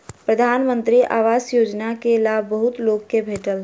प्रधानमंत्री आवास योजना के लाभ बहुत लोक के भेटल